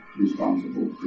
responsible